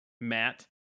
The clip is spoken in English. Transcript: Matt